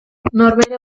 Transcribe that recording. norbere